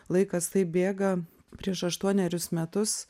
laikas taip bėga prieš aštuonerius metus